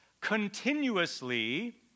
continuously